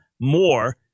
more